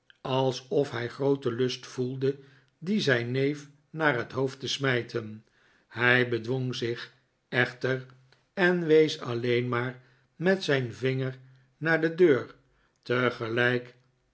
alsof hij grooten lust voelde dien zijn neef naar het hoofd te smijten hij bedwong zich echter en wees alleen maar met zijn vinger naar de deur tegelijk